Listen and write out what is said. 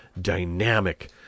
dynamic